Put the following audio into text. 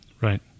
Right